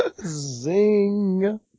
Zing